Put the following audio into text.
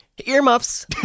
earmuffs